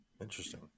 Interesting